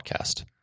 podcast